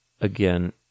again